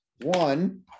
One